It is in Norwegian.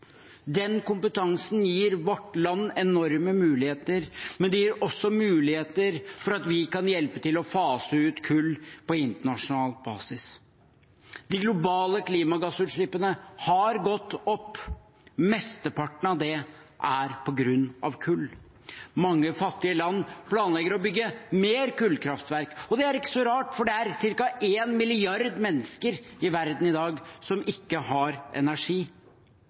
Den kompetansen gir vårt land enorme muligheter, men det gir også muligheter for at vi kan hjelpe til å fase ut kull på internasjonal basis. De globale klimagassutslippene har gått opp – mesteparten av det er på grunn av kull. Mange fattige land planlegger å bygge flere kullkraftverk, og det er ikke så rart, for det er ca. én milliard mennesker i verden i dag som ikke har energi.